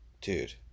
dude